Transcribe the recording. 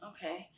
Okay